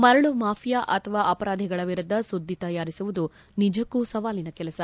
ಮರಳು ಮಾಫಿಯಾ ಅಥವಾ ಅಪರಾಧಿಗಳ ವಿರುದ್ಧ ಸುದ್ದಿ ತಯಾರಿಸುವುದು ನಿಜಕ್ಕೂ ಸವಾಲಿನ ಕೆಲಸ